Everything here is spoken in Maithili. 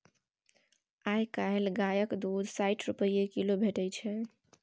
आइ काल्हि गायक दुध साठि रुपा किलो भेटै छै